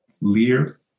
Lear